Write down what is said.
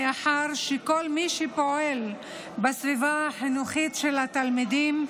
מאחר שכל מי שפועל בסביבה החינוכית של התלמידים,